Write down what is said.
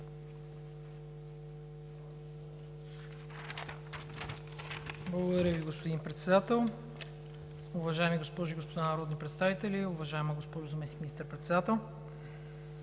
Благодаря Ви, господин Председател. Уважаеми госпожи и господа народни представители, уважаема госпожо Заместник министър-председател!